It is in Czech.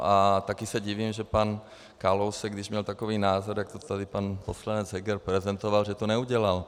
A také se divím, že pan Kalousek, když měl takový názor, jak to tady pan poslanec Heger prezentoval, to neudělal.